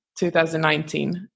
2019